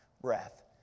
breath